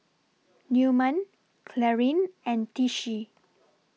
Newman Clarine and Tishie